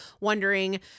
wondering